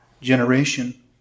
generation